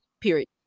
Period